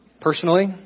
personally